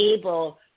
able